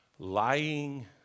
Lying